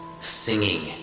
singing